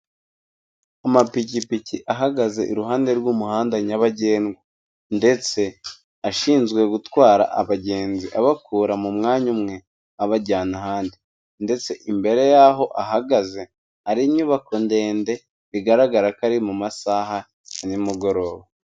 Amapikipiki ahagaze iruhande rw'umuhanda nyabagendwa, ndetse ashinzwe gutwara abagenzi abakura mu mwanya umwe abajyana ahandi, ndetse imbere y'aho ahagaze, hari inyubako ndende bigaragara ko ari mu masaha ya ni mugoroba.